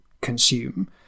consume